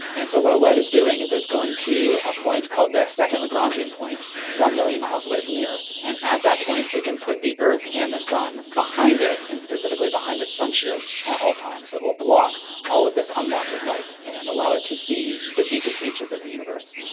and so what webb is doing is it's going to a point called the second lagrangian point, one million miles away from the earth, and at that point it can put the earth and the sun behind it and specifically behind its sun shield at all times. so it will block all of this unwanted light and allow it to see the deepest reaches of the universe.